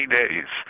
days